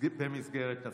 במסגרת תפקידי.